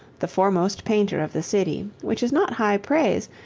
the foremost painter of the city, which is not high praise,